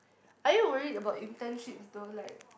are you worried about internships though like